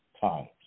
times